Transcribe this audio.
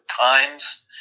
times